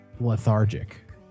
lethargic